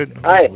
Hi